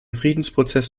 friedensprozess